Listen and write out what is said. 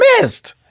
missed